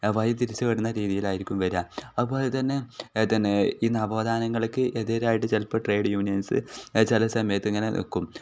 വഴി തിരിച്ചു വിടുന്ന രീതിയിലായിരിക്കും വരിക അതു പോലെ തന്നെ തന്നെ ഈ നവോദ്ധാനങ്ങൾക്ക് എതിരായിട്ട് ചിലപ്പോൾ ട്രേഡ് യൂണിയൻസ് ചില സമയത്ത് ഇങ്ങനെ നിൽക്കും